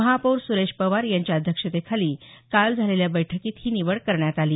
महापौर सुरेश पवार यांच्या अध्यक्षतेखाली काल झालेल्या बैठकीत ही निवड करण्यात आली